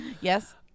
Yes